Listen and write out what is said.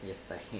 you especially